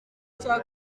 cya